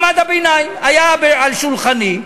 מעמד הביניים היה על שולחני,